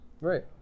right